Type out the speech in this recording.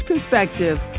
perspective